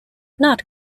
not